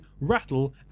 Rattle